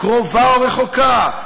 קרובה או רחוקה,